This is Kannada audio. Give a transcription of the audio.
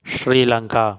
ಶ್ರೀ ಲಂಕಾ